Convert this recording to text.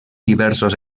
diversos